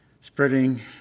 spreading